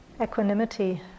equanimity